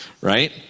right